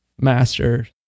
master